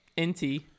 nt